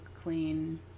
clean